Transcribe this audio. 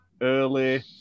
early